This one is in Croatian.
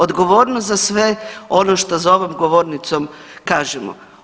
Odgovornost za sve ono što za ovom govornicom kažemo.